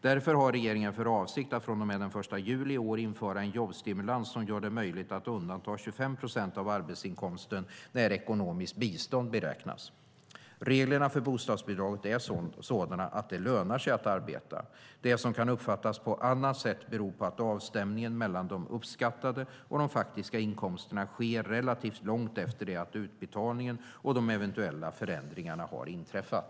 Därför har regeringen för avsikt att från och med den 1 juli i år införa en jobbstimulans som gör det möjligt att undanta 25 procent av arbetsinkomsten när ekonomiskt bistånd beräknas. Reglerna för bostadsbidraget är sådana att det lönar sig att arbeta. Det som kan uppfattas på annat sätt beror på att avstämningen mellan de uppskattade och de faktiska inkomsterna sker relativt långt efter det att utbetalningen och de eventuella förändringarna har inträffat.